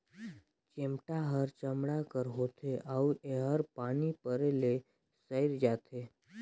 चमेटा हर चमड़ा कर होथे अउ एहर पानी परे ले सइर जाथे